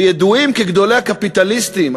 שידועים כגדולי הקפיטליסטים,